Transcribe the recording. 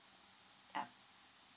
yup